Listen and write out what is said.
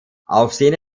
aufsehen